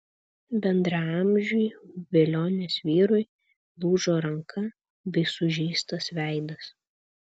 bendraamžiui velionės vyrui lūžo ranka bei sužeistas veidas